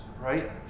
right